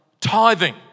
tithing